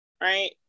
right